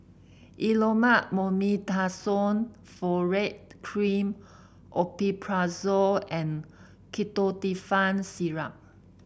Elomet Mometasone Furoate Cream Omeprazole and Ketotifen Syrup